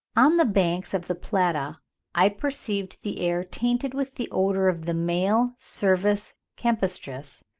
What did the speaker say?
on the banks of the plata i perceived the air tainted with the odour of the male cervus campestris,